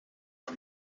are